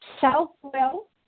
self-will